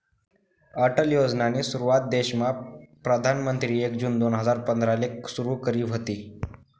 अटल योजनानी सुरुवात देशमा प्रधानमंत्रीनी एक जून दोन हजार पंधराले सुरु करी व्हती